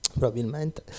probabilmente